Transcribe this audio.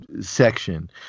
section